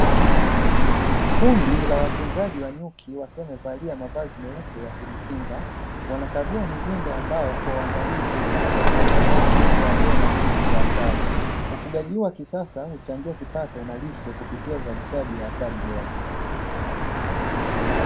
Kundi la watunzaji wa nyuki wakiwa wamevalia mavazi meupe ya kujikinga, wanakagua mizinga ya mbao kwa uangalifu huku wakihakiki uwepo wa ubora wa asali. Ufugaji huu wakisasa huchangia kipato na lishe kupitia uzalishaji wa asali bora.